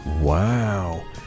Wow